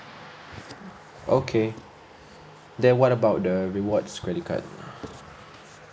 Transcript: okay then what about the rewards credit card